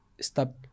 stop